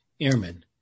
Airmen